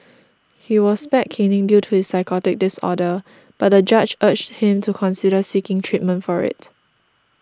he was spared caning due to his psychotic disorder but the judge urged him to consider seeking treatment for it